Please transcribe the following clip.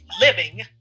living